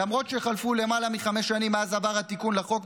למרות שחלפו למעלה מחמש שנים מאז עבר התיקון לחוק,